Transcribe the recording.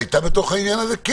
כן.